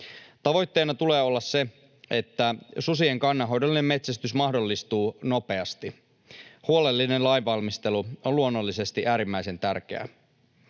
Tavoitteena tulee olla se, että susien kannanhoidollinen metsästys mahdollistuu nopeasti. Huolellinen lainvalmistelu on luonnollisesti äärimmäisen tärkeää.